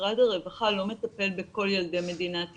משרד הרווחה לא מטפל בכל ילדי מדינת ישראל.